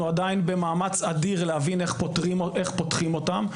עדיין במאמץ אדיר להבין איך פותחים אותן.